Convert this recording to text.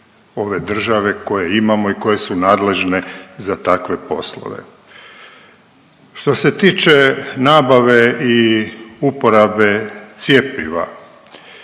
ove države koje imamo i koje su nadležne za takve poslove. Što se tiče nabave i uporabe cjepiva,